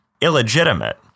illegitimate